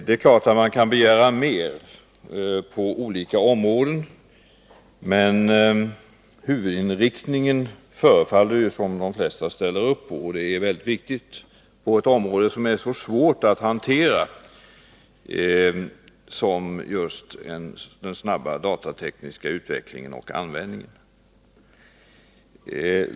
Det är klart att man på olika punkter kan begära mer, men det förefaller som om de flesta ställer upp på huvudinriktningen, och det är väldigt viktigt när det är fråga om ett område som är så svårt att hantera som det som rör den snabba datatekniska utvecklingen och användningen.